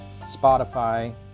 Spotify